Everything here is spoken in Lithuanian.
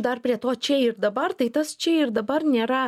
dar prie to čia ir dabar tai tas čia ir dabar nėra